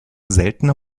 seltener